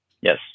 Yes